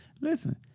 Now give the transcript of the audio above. listen